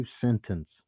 sentence